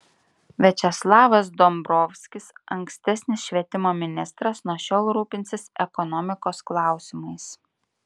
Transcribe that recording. viačeslavas dombrovskis ankstesnis švietimo ministras nuo šiol rūpinsis ekonomikos klausimais